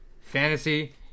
fantasy